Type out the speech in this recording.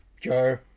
Joe